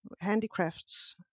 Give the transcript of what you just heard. handicrafts